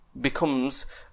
becomes